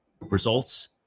results